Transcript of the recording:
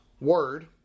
word